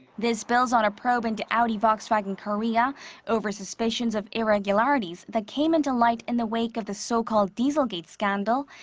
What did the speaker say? this builds on a probe into audi volkswagen korea over suspicions of irregularities that came to light in the wake of the so-called diesel-gate scandal.